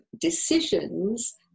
decisions